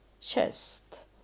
chest